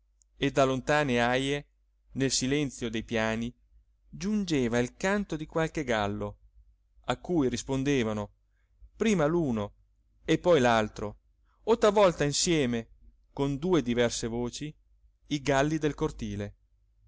e da lontane aje nel silenzio dei piani giungeva il canto di qualche gallo a cui rispondevano prima l'uno e poi l'altro o talvolta insieme con due diverse voci i galli del cortile